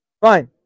Fine